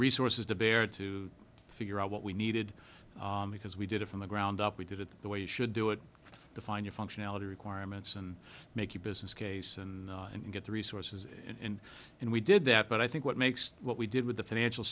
resources to bear to figure out what we needed because we did it from the ground up we did it the way you should do it define your functionality requirements and make a business case and and get the resources in and we did that but i think what makes what we did with the financial